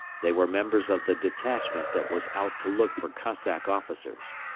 they were members of the detachment that was out to look for cossack officers.